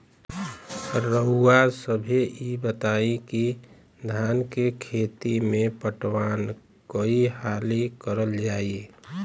रउवा सभे इ बताईं की धान के खेती में पटवान कई हाली करल जाई?